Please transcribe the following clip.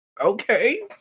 okay